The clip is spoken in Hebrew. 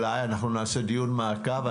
אנחנו נעשה דיון מעקב.